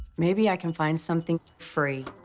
maybe i can find something free.